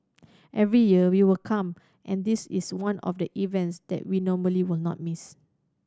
every year we will come and this is one of the events that we normally will not miss